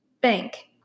bank